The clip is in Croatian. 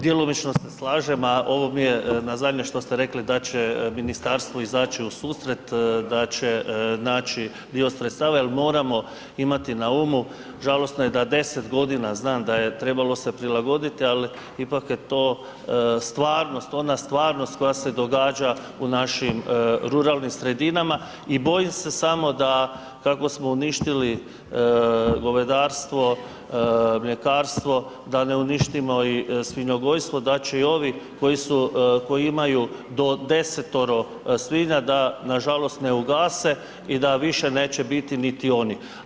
Djelomično se slažem, a ovo mi je na zadnje što ste rekli da će ministarstvo izaći u susret, da će naći dio sredstava jer moramo imati na umu, žalosno da 10 godina, znam da je trebalo se prilagoditi, ali ipak je to stvarnost, ona stvarnost koja se događa u našim ruralnim sredinama i bojim se samo da, kako smo uništili govedarstvo, mljekarstvo, da ne uništimo i svinjogojstvo da će i ovi koji su, koji imaju do 10-oro svinja da nažalost ne ugase i da više neće biti niti oni.